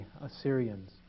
Assyrians